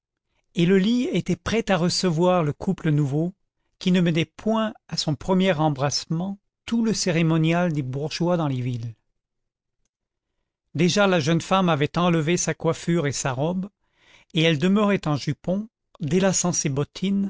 et le lit était prêt à recevoir le couple nouveau qui ne mettait point à son premier embrassement tout le cérémonial des bourgeois dans les villes déjà la jeune femme avait enlevé sa coiffure et sa robe et elle demeurait en jupon délaçant ses bottines